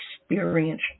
experience